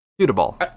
suitable